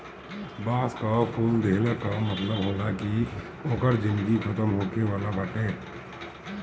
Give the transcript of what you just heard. बांस कअ फूल देहले कअ मतलब होला कि ओकर जिनगी खतम होखे वाला बाटे